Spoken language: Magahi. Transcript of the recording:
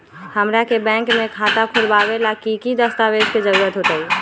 हमरा के बैंक में खाता खोलबाबे ला की की दस्तावेज के जरूरत होतई?